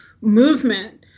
movement